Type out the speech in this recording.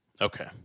okay